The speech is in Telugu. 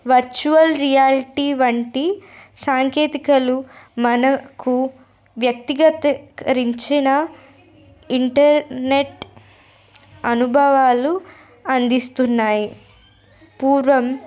వర్చువల్ రియాాలిటీ వంటి సాంకేతికలు మనకు వ్యక్తిగతకరించిన ఇంటర్నెట్ అనుభవాలు అందిస్తున్నాయి పూర్వం